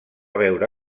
veure